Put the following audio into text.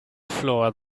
floor